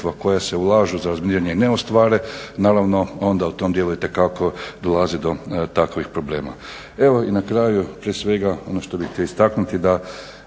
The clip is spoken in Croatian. koja se ulažu za razminiranje ne ostvare, naravno onda u tom dijelu itekako dolazi do takovih problema. Evo i na kraju prije svega ono što bih htio istaknuti, da